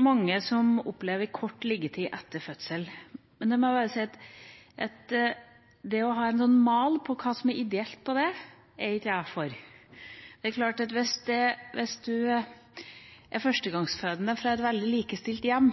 mange som opplever kort liggetid etter fødsel, men jeg må bare si at det å ha en mal for hva som er ideelt på det området, er ikke jeg for. Det er klart at hvis en er førstegangsfødende fra et veldig likestilt hjem,